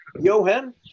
Johan